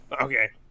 Okay